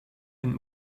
and